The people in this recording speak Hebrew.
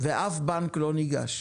ואף בנק לא ניגש.